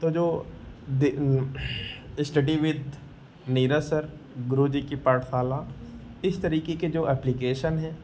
तो जो study with Neeraj sir Guruji की पाठशाला इस तरीके के जो एप्लीकेशन हैं